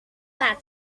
bad